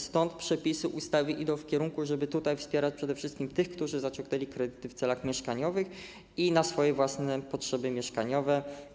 Stąd przepisy ustawy idą w kierunku, żeby tutaj wspierać przede wszystkim tych, którzy zaciągnęli kredyty na cele mieszkaniowe i na swoje własne potrzeby mieszkaniowe.